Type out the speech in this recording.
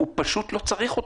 פשוט לא צריך אותו.